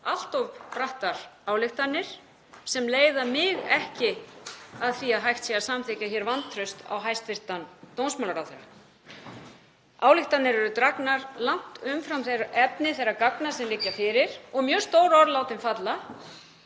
allt of brattar ályktanir, sem leiða mig ekki að því að hægt sé að samþykkja vantraust á hæstv. dómsmálaráðherra. Ályktanir eru dregnar langt umfram efni þeirra gagna sem liggja fyrir og mjög stór orð látin falla.